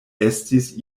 estis